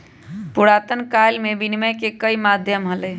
पुरातन काल में विनियम के कई माध्यम हलय